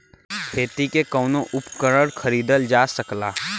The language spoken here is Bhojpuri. खेती के कउनो उपकरण खरीदल जा सकला